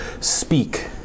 speak